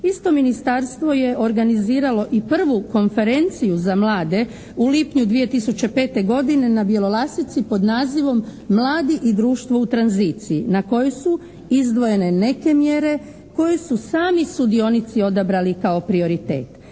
Isto ministarstvo je organiziralo i 1. Konferenciju za mlade u lipnju 2005. godine na Bjelolasici pod nazivom "Mladi i društvo u tranziciji" na kojoj su izdvojene neke mjere koje su sami sudionici odabrali kao prioritet.